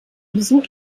besuch